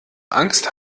angst